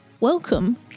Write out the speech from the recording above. Welcome